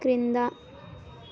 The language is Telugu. క్రింద